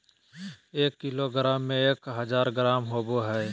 एक किलोग्राम में एक हजार ग्राम होबो हइ